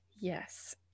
yes